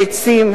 ביצים,